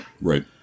Right